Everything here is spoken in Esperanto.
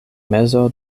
mezo